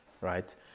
right